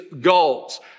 goals